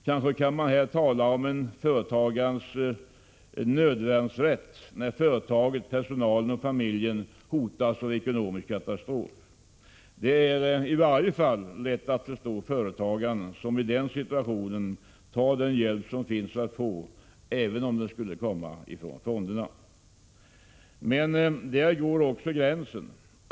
Kanske kan man här tala om en företagarens nödvärnsrätt när företaget, personalen och familjen hotas av ekonomisk katastrof. Det är i varje fall lätt att förstå företagaren som i den situationen tar den hjälp som finns att få, även om den skulle komma från fonderna. Men där går också gränsen.